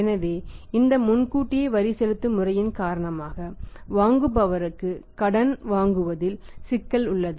எனவே இந்த முன்கூட்டியே வரி செலுத்தும் முறையின் காரணமாக வாங்குபவர்களுக்கு கடன் வழங்குவதில் சிக்கல் உள்ளது